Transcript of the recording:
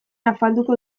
afalduko